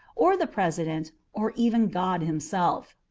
or the president, or even god himself.